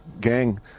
gang